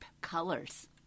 colors